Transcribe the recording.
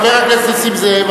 חבר הכנסת נסים זאב,